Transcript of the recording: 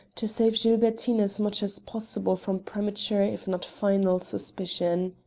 to save gilbertine as much as possible from premature if not final suspicion.